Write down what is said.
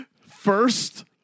First